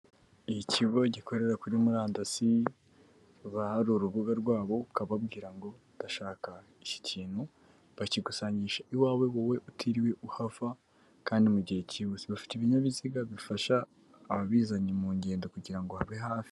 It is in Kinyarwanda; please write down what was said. Ikigo gikorera kuri murandasi, haba hari urubuga rwabo ukababwira ngo ndashaka iki kintu bakikusangisha iwawe wowe utiriwe uhava kandi mu gihe cyihuse, bafite ibinyabiziga bifasha ababizanye mu ngendo kugira ngo babe hafi.